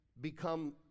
become